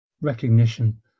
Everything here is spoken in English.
recognition